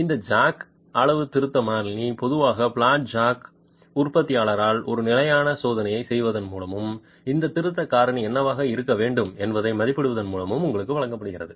இந்த ஜாக் அளவுத்திருத்த மாறிலி பொதுவாக பிளாட் ஜாக் உற்பத்தியாளரால் ஒரு நிலையான சோதனையைச் செய்வதன் மூலமும் இந்த திருத்தம் காரணி என்னவாக இருக்க வேண்டும் என்பதை மதிப்பிடுவதன் மூலமும் உங்களுக்கு வழங்கப்படுகிறது